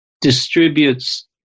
distributes